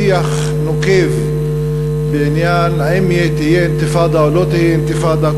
לשיח נוקב בעניין האם תהיה אינתיפאדה או לא תהיה אינתיפאדה.